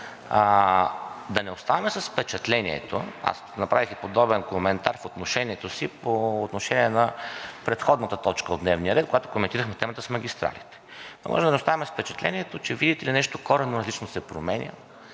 да не оставаме с впечатлението – аз направих и подобен коментар в отношението си по предходната точка от дневния ред, когато коментирахме темата с магистралите, да не оставаме с впечатлението, че видите ли, нещо коренно различно се променя,